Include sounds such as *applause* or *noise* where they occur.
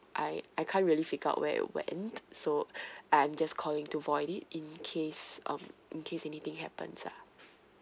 I I can't really figure it out where it went so *breath* I'm just calling to void it in case um in case anything happens ah